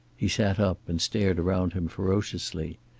he sat up and stared around him ferociously.